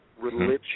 religion